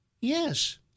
Yes